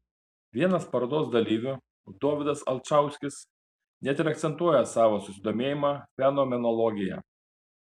vienas parodos dalyvių dovydas alčauskis net ir akcentuoja savo susidomėjimą fenomenologija